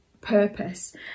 Purpose